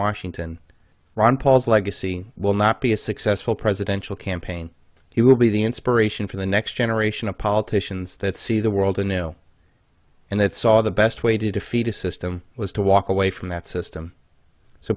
washington ron paul's legacy will not be a successful presidential campaign he will be the inspiration for the next generation of politicians that see the world anew and that saw the best way to defeat a system was to walk away from that system so